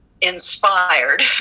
inspired